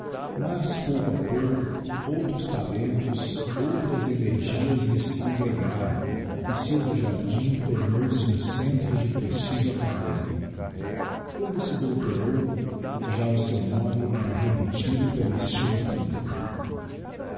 mas pouco a pouco outros talentos outras energias se lhe congregaram e silva jardim tornou-se um centro de prestigio académico quando se doutorou já o seu nome era repetido pela estima publica